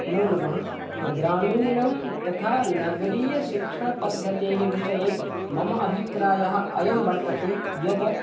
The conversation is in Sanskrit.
नमो नमः ग्रामीणं तथा नगरीयशिक्षणपद्धतेः विषये मम अभिप्रायः अयं वर्तते यत्